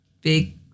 Big